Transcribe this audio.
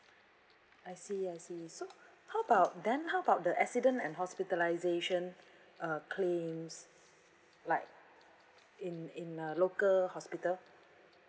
I see I see so how about then how about the accident and hospitalisation uh claims like in in a local hospital